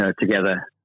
Together